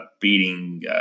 beating –